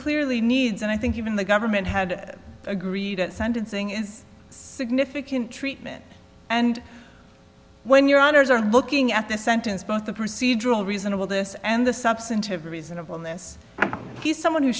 clearly needs and i think even the government had agreed at sentencing is significant treatment and when your honors are looking at the sentence both the procedural reasonable this and the substantive are reasonable in this case someone who